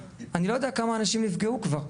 אני לא יודע כמה אנשים נפגעו כבר.